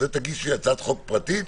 תגישי הצעת חוק פרטית,